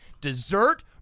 dessert